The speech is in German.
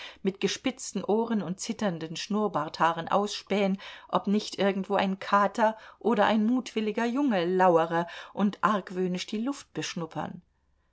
mit gespitzten ohren und zitternden schnurrbarthaaren ausspähen ob nicht irgendwo ein kater oder ein mutwilliger junge lauere und argwöhnisch die luft beschnuppern